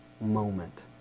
moment